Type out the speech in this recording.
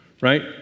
right